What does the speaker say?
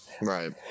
Right